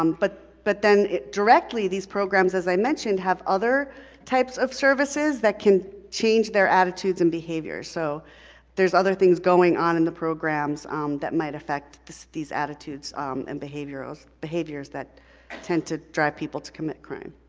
um but but then directly, these programs, as i mentioned, have other types of services that can change their attitudes and behaviors, so there's other things going on in the programs that might affect these attitudes and behaviors behaviors that tend to drive people to commit crime.